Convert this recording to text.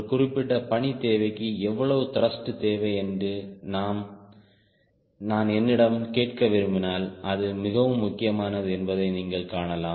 ஒரு குறிப்பிட்ட பணி தேவைக்கு எவ்வளவு த்ருஷ்ட் தேவை என்று நான் என்னிடம் கேட்க விரும்பினால் இது மிகவும் முக்கியமானது என்பதை நீங்கள் காணலாம்